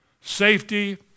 safety